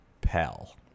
Pell